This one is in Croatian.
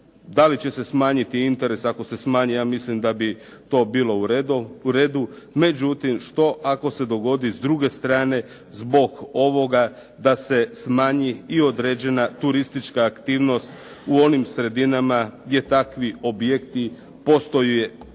da li će se smanjiti interes, ako se smanji ja mislim da bi to bilo u redu, međutim što ako se dogodi s druge strane zbog ovoga da se smanji i određena turistička aktivnost u onim sredinama gdje takvi objekti postaju